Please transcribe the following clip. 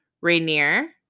Rainier